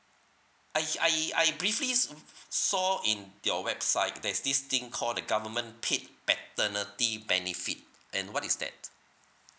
I I I briefly uh saw in your website there is this thing called the government paid paternity benefit and what is that